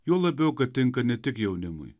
juo labiau kad tinka ne tik jaunimui